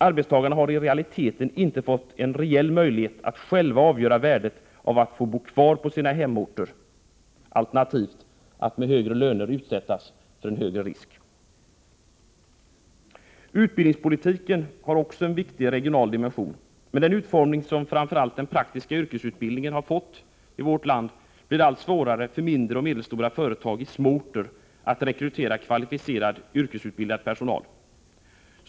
Arbetstagarna har i realiteten inte fått en reell möjlighet att själva avgöra värdet av att få bo kvar på sin hemort, alternativt att med högre löner utsättas för en större risk. Utbildningspolitiken har också en viktig regional dimension. Med den utformning som framför allt den praktiska yrkesutbildningen har fått i vårt land blir det allt svårare för de mindre och medelstora företagen på små orter att rekrytera kvalificerad yrkesutbildad personal.